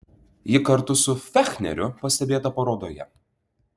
ji kartu su fechneriu pastebėta parodoje